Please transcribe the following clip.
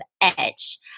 edge